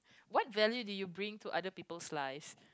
what value do you bring to other people's life